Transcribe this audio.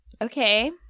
Okay